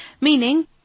Meaning